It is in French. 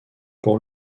pour